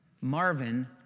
Marvin